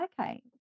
okay